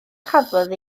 chafodd